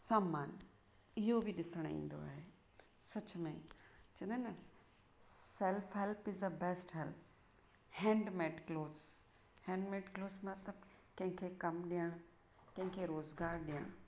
सम्मान इहो बि ॾिसणु ईंदो आहे सच में जनन self help is a best help handmade clothes handmade clothes मतिलबु कंहिंखें कमु ॾियण कंहिंखें रोज़गारु ॾियणु